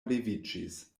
leviĝis